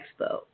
Expo